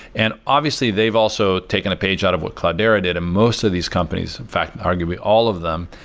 and obviously, they've also taken a page out of what cloudera did, and most of these companies, in fact, arguably all of them,